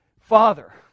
father